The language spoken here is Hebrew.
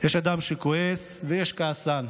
יש אדם שכועס ויש כעסן,